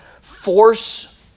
force